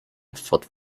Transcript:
fought